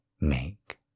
make